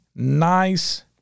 nice